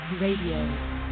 Radio